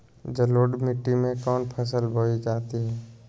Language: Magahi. जलोढ़ मिट्टी में कौन फसल बोई जाती हैं?